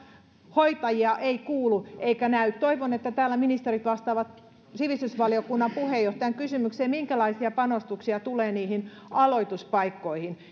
hoitajia ei kuulu eikä näy toivon että täällä ministerit vastaavat sivistysvaliokunnan puheenjohtajan kysymykseen että minkälaisia panostuksia tulee niihin aloituspaikkoihin